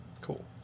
Cool